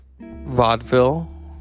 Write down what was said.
vaudeville